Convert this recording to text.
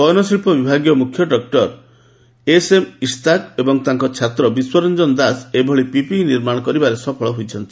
ବୟନଶିଳ୍ପ ବିଭାଗୀୟ ମୁଖ୍ୟ ଡକ୍କର ଏସ୍ଏମ୍ ଇସ୍ତାକ ଓ ତାଙ୍କ ଛାତ୍ର ବିଶ୍ୱ ରଞ୍ଜନ ଦାସ ଏଭଳି ପିପିଇ ନିର୍ମାଣ କରିବାରେ ସଫଳ ହୋଇଛନ୍ତି